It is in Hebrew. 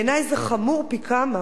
בעיני זה חמור פי כמה